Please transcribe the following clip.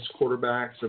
quarterbacks